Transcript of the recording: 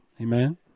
Amen